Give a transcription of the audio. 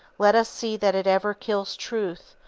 let us see that it ever kills truth,